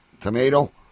tomato